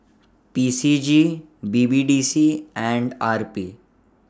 P C G B B D C and R P